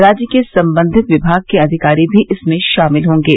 राज्य के संबंधित विमाग के अधिकारी भी इसमें शामिल होंगे